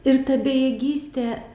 ir ta bejėgystė